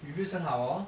reviews 很好 hor